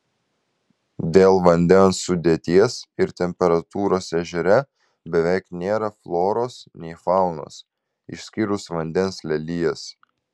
dėl vandens sudėties ir temperatūros ežere beveik nėra floros nei faunos išskyrus vandens lelijas